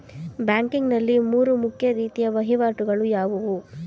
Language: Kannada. ಬ್ಯಾಂಕಿಂಗ್ ನಲ್ಲಿ ಮೂರು ಮುಖ್ಯ ರೀತಿಯ ವಹಿವಾಟುಗಳು ಯಾವುವು?